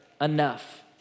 enough